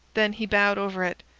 then he bowed over it.